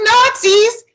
Nazis